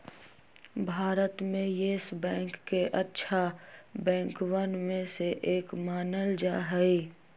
भारत में Yes Bank के अच्छा बैंकवन में से एक मानल जा हई